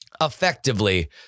Effectively